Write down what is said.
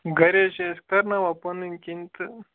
گَرِ حظ چھِ أسۍ کَرناوان پَنٕنۍ کِنۍ تہٕ